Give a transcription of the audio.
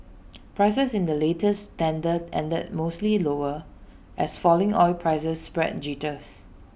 prices in the latest tender ended mostly lower as falling oil prices spread jitters